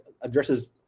addresses